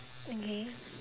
okay